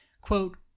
Quote